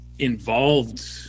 involved